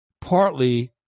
partly